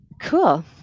Cool